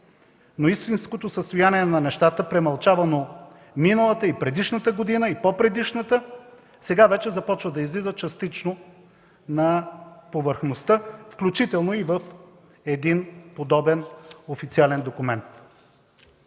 но истинското състояние на нещата, премълчавано миналата, предишната и по-предишната година, сега вече започва да излиза частично на повърхността, включително и в подобен официален документ.